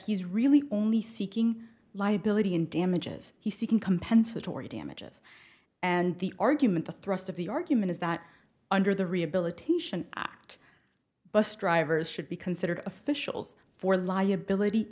he's really only seeking liability in damages he's seeking compensatory damages and the argument the thrust of the argument is that under the rehabilitation act bus drivers should be considered officials for liability